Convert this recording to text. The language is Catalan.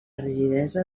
rigidesa